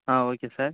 ah okay sir